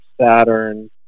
Saturn